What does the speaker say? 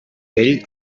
vell